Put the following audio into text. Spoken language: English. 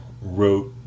wrote